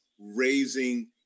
raising